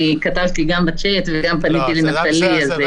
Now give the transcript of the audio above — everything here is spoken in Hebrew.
אני כתבתי גם בצ'ט, וגם פניתי לנטלי, אז תודה.